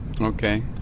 Okay